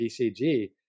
BCG